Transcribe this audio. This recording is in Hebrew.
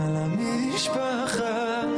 תנו את הקרדיט שהתיישבנו פה כדי לעזור.